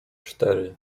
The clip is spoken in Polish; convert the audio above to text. cztery